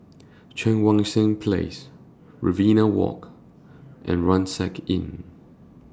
Cheang Wan Seng Place Riverina Walk and Rucksack Inn